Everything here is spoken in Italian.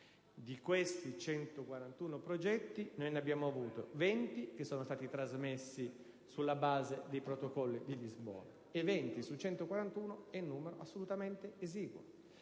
Di questi 141 progetti, 20 sono stati trasmessi sulla base dei Protocolli di Lisbona: e 20 su 141 è numero assolutamente esiguo.